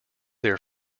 their